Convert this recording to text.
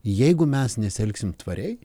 jeigu mes nesielgsim tvariai